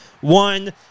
One